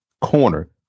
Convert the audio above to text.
Corner